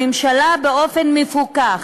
הממשלה, באופן מפוקח,